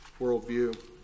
worldview